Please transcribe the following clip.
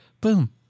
boom